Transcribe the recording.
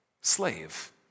Slave